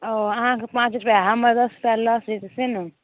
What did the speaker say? ओ अहाँके पाँच रुपैआ हम्मर दस रुपैआ लॉस अइ तऽ से नहि